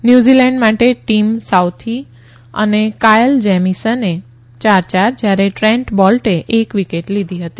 New Zealand માટે team Southee અને Kyle જેમીસને યાર યાર જયારે ટ્રેન્ટ બોલ્ટે એક વિકેટ લીધી હતી